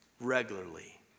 regularly